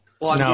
No